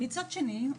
כן.